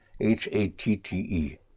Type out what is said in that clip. H-A-T-T-E